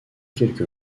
quelques